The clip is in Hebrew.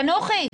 תנוחי רגע.